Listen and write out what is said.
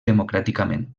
democràticament